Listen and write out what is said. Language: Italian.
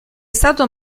stato